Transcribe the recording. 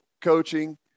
coaching